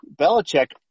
Belichick